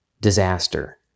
disaster